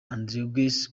andrzej